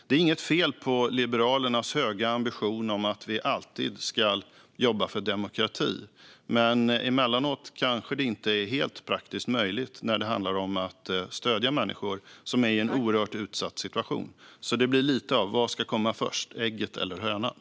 Det är inget fel på Liberalernas höga ambition att vi alltid ska jobba för demokrati, men emellanåt kanske det inte är helt praktiskt möjligt när det handlar om att stödja människor som är i en oerhört utsatt situation. Det blir lite vad ska komma först, ägget eller hönan?